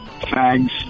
fags